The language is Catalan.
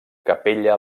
capella